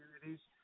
communities